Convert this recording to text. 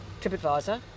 Tripadvisor